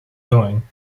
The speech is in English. doing